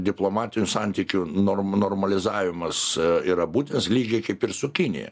diplomatinių santykių norm normalizavimas yra būtinas lygiai kaip ir su kinija